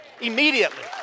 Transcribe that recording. Immediately